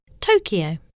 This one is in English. Tokyo